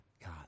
God